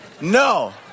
No